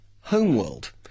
Homeworld